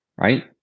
right